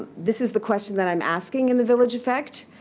this is the question that i'm asking in the village effect.